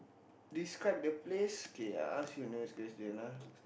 describe the place K I ask you next question ah